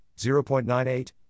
0.98